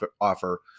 offer